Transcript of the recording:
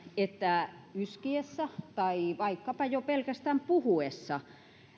että yskiessä tai vaikkapa jo pelkästään puhuessa